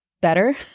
better